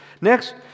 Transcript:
Next